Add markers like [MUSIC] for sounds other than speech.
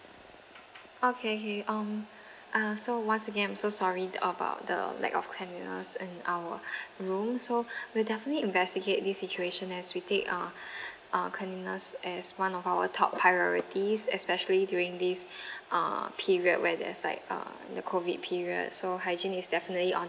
okay okay um [BREATH] uh so once again I'm so sorry that about the lack of cleanliness and our [BREATH] room so [BREATH] we'll definitely investigate this situation as we take our [BREATH] uh cleanliness as one of our top priorities especially during these [BREATH] uh period where there's like uh the COVID period so hygiene is definitely on